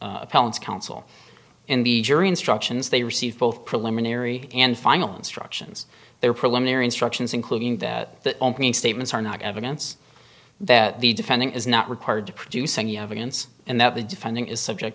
appellants counsel in the jury instructions they received both preliminary and final instructions their preliminary instructions including that opening statements are not evidence that the defending is not required to produce any evidence and that the defending is subject